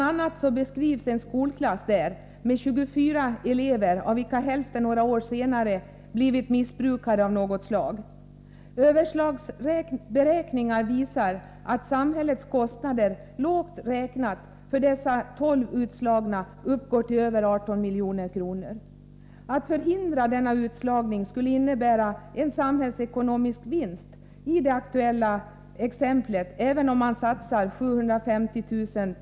a. beskrivs där en skolklass med 24 elever, av vilka hälften några år senare blivit missbrukare av något slag. Överslagsberäkningar visar att samhällets kostnader, lågt räknat, för dessa tolv utslagna uppgår till över 18 miljoner. Att förhindra denna utslagning skulle innebära en samhällsekonomisk vinst i det aktuella exemplet, även om man satsar 750 000 kr.